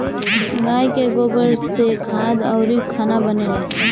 गाइ के गोबर से खाद अउरी खाना बनेला